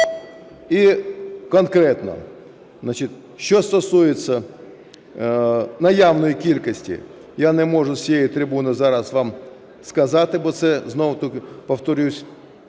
І конкретно. Що стосується наявної кількості, я не можу з цієї трибуни зараз вам сказати, бо це, знову повторюсь,